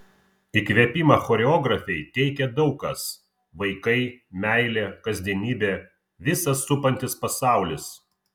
įkvėpimą choreografei teikia daug kas vaikai meilė kasdienybė visas supantis pasaulis